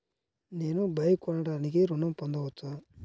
నేను బైక్ కొనటానికి ఋణం పొందవచ్చా?